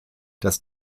das